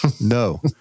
No